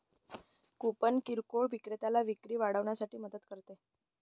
coupon किरकोळ विक्रेत्याला विक्री वाढवण्यासाठी मदत करते